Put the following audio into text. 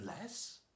less